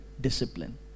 discipline